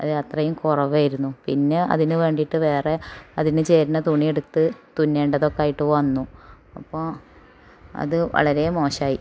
അതത്രയും കുറവായിരുന്നു പിന്നെ അതിന് വേണ്ടിയിട്ട് വേറെ അതിന് ചേരുന്ന തുണിയെടുത്ത് തുന്നേണ്ടതൊക്കെയായിട്ട് വന്നു അപ്പോൾ അത് വളരെ മോശമായി